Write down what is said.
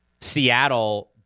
Seattle